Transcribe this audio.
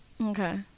okay